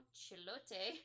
Chilote